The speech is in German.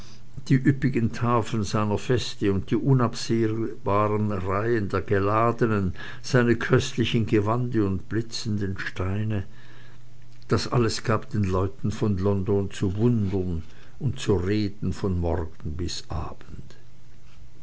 die üppigen tafeln seiner feste und die unabsehbaren reihen der geladenen seine köstlichen gewande und blitzenden steine das alles gab den leuten von london zu wundern und zu reden von morgen bis abend